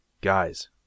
guys